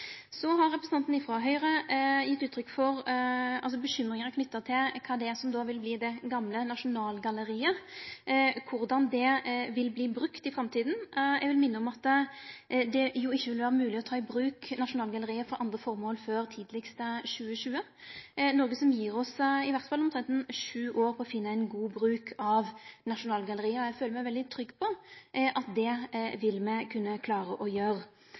Så er representanten frå Høgre uroleg for kva ein vil gjere med det gamle Nasjonalgalleriet – korleis det vil verte brukt i framtida. Eg vil minne om at det ikkje vil vere mogleg å ta i bruk Nasjonalgalleriet for andre formål før tidlegast 2020, noko som gjev oss om lag sju år på å finne ein god bruk av Nasjonalgalleriet. Og eg føler meg veldig trygg på at det vil me kunne klare å gjere.